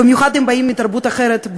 במיוחד אם באים מתרבות אחרת,